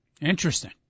Interesting